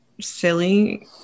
silly